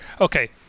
Okay